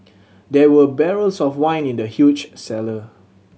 there were barrels of wine in the huge cellar